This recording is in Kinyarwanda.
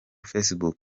facebook